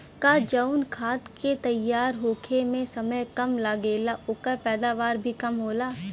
का जवन धान के तैयार होखे में समय कम लागेला ओकर पैदवार भी कम होला?